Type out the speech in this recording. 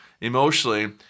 emotionally